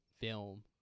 film